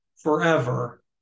forever